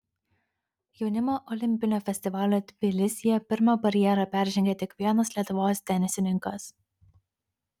jaunimo olimpinio festivalio tbilisyje pirmą barjerą peržengė tik vienas lietuvos tenisininkas